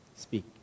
Speak